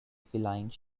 feline